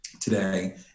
today